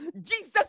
Jesus